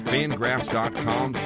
Fangraphs.com